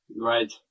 Right